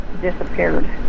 disappeared